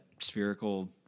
spherical